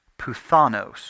Puthanos